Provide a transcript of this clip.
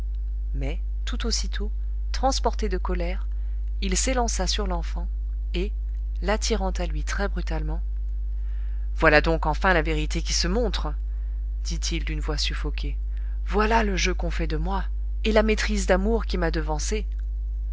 mais tout aussitôt transporté de colère il s'élança sur l'enfant et l'attirant à lui très brutalement voilà donc enfin la vérité qui se montre dit-il d'une voix suffoquée voilà le jeu qu'on fait de moi et la maîtrise d'amour qui m'a devancé